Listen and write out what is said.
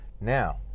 Now